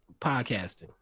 podcasting